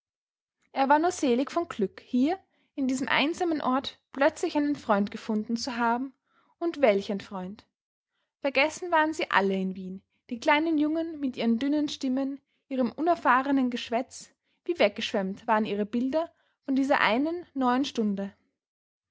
er war nur selig von glück hier in diesem einsamen ort plötzlich einen freund gefunden zu haben und welch einen freund vergessen waren sie alle in wien die kleinen jungen mit ihren dünnen stimmen ihrem unerfahrenen geschwätz wie weggeschwemmt waren ihre bilder von dieser einen neuen stunde